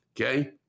Okay